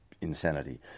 insanity